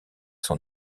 son